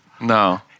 No